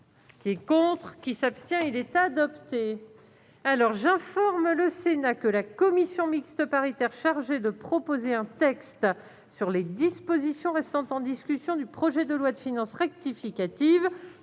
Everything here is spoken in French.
est renvoyée à la prochaine séance. J'informe le Sénat que la commission mixte paritaire chargée de proposer un texte sur les dispositions restant en discussion du projet de loi de finances rectificative